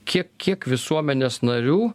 kiek kiek visuomenės narių